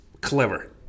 clever